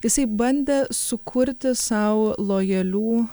jisai bandė sukurti sau lojalių